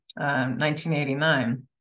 1989